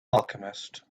alchemist